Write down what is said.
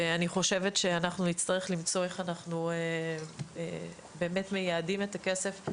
ואני חושבת שאנחנו נצטרך למצוא איך אנחנו באמת מייעדים את הכסף,